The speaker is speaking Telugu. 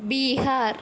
బీహార్